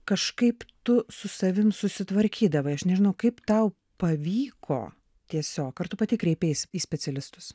kažkaip tu su savim susitvarkydavai aš nežinau kaip tau pavyko tiesiog ar tu pati kreipeis į specialistus